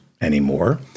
anymore